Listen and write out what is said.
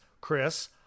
Chris